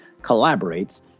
collaborates